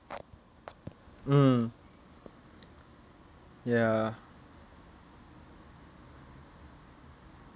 mm ya